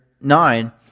nine